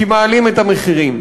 כי מעלים את המחירים.